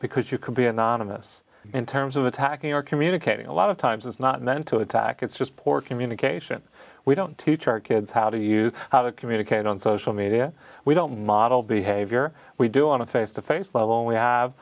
because you can be anonymous in terms of attacking or communicating a lot of times it's not meant to attack it's just poor communication we don't teach our kids how do you how to communicate on social media we don't model behavior we do on a face to face level we have